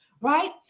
Right